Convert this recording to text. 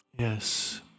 Yes